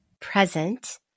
present